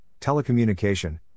telecommunication